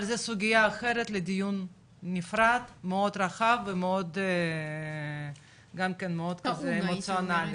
אבל זה סוגיה אחרת לדיון נפרד מאוד רחב ומאוד וגם מאוד אמוציונלי.